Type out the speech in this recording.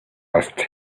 asked